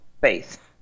faith